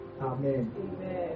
Amen